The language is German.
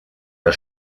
der